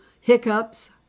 hiccups